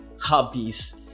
hobbies